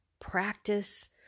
practice